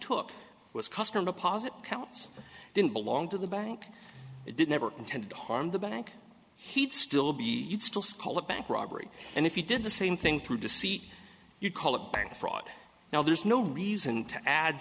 took was custom deposit accounts didn't belong to the bank it did never intended harm the bank he'd still be still sculler bank robbery and if you did the same thing through deceit you call it bank fraud now there's no reason to add